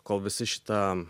kol visi šitą